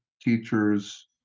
teachers